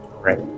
Right